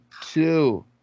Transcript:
two